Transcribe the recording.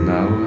Now